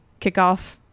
kickoff